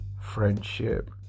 friendship